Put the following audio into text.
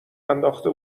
انداخته